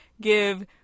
give